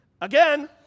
again